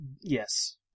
yes